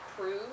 prove